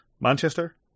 Manchester